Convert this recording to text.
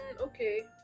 okay